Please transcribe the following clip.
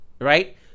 right